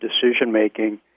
decision-making